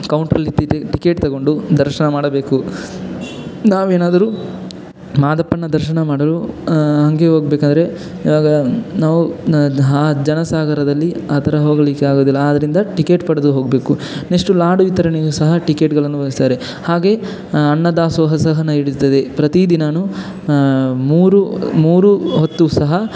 ಕೌಂಟ್ರಲ್ಲಿ ಟಿತೆ ಟಿಕೆಟ್ ತೊಗೊಂಡು ದರ್ಶನ ಮಾಡಬೇಕು ನಾವೇನಾದರೂ ಮಾದಪ್ಪನ ದರ್ಶನ ಮಾಡಲು ಹಾಗೇ ಹೋಗಬೇಕಾದ್ರೆ ಇವಾಗ ನಾವು ಆ ಜನ ಸಾಗರದಲ್ಲಿ ಆ ಥರ ಹೋಗಲಿಕ್ಕೆ ಆಗೋದಿಲ್ಲ ಆದ್ದರಿಂದ ಟಿಕೆಟ್ ಪಡೆದು ಹೋಗಬೇಕು ನೆಕ್ಸ್ಟು ಲಾಡು ವಿತರಣೆಗೂ ಸಹ ಟಿಕೆಟ್ಟುಗಳನ್ನು ಒದಗಿಸ್ತಾರೆ ಹಾಗೇ ಅನ್ನ ದಾಸೋಹ ಸಹ ನಡೆಯುತ್ತದೆ ಪ್ರತಿದಿನವೂ ಮೂರು ಮೂರು ಹೊತ್ತು ಸಹ